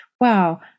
wow